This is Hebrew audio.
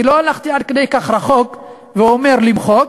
אני לא הלכתי עד כדי כך רחוק ואומר למחוק,